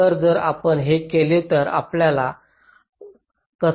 तर जर आपण हे केले तर आपल्याला काय फायदा होत आहे